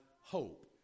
hope